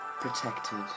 protected